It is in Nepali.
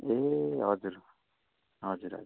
ए हजुर हजुर हजुर